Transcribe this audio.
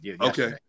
okay